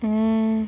mm